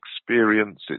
experience